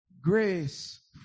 Grace